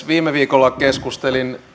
viime viikolla keskustelin